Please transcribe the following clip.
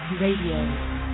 radio